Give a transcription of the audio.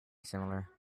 similar